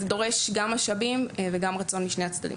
זה דורש משאבים ורצון משני הצדדים.